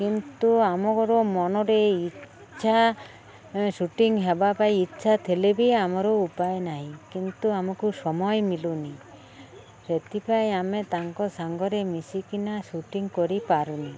କିନ୍ତୁ ଆମ ଘର ମନରେ ଇଚ୍ଛା ସୁଟିଂ ହେବା ପାଇଁ ଇଚ୍ଛା ଥିଲେ ବି ଆମର ଉପାୟ ନାହିଁ କିନ୍ତୁ ଆମକୁ ସମୟ ମିଳୁନି ସେଥିପାଇଁ ଆମେ ତାଙ୍କ ସାଙ୍ଗରେ ମିଶିକିନା ସୁଟିଂ କରିପାରୁନି